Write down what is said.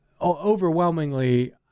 overwhelmingly